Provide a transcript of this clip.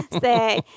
Say